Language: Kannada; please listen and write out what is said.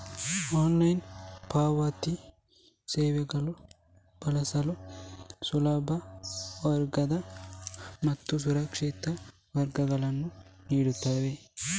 ಆನ್ಲೈನ್ ಪಾವತಿ ಸೇವೆಗಳು ಬಳಸಲು ಸುಲಭ, ವೇಗದ ಮತ್ತು ಸುರಕ್ಷಿತ ಮಾರ್ಗಗಳನ್ನು ನೀಡುತ್ತವೆ